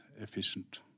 efficient